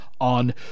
on